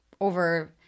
over